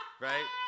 right